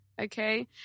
okay